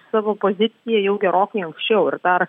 savo poziciją jau gerokai anksčiau ir dar